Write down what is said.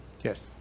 Yes